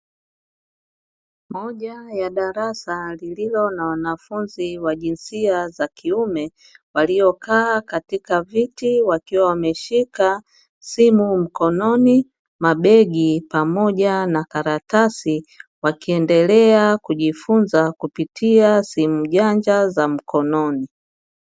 Moja ya darasa lililo na wanafunzi wa jinsia za kiume waliokaa katika viti wakiwa wameshika simu mkononi, mabegi pamoja na karatasi, wakiendelea kujifunza kupitia simu janja za mkononi.